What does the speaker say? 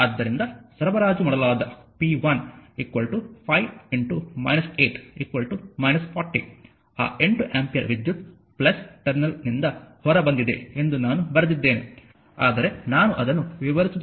ಆದ್ದರಿಂದ ಸರಬರಾಜು ಮಾಡಲಾದ p 1 5 8 40 ಆ 8 ಆಂಪಿಯರ್ ವಿದ್ಯುತ್ ಟರ್ಮಿನಲ್ನಿಂದ ಹೊರಬಂದಿದೆ ಎಂದು ನಾನು ಬರೆದಿದ್ದೇನೆ ಆದರೆ ನಾನು ಅದನ್ನು ವಿವರಿಸುತ್ತಿದ್ದೇನೆ